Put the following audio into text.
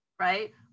right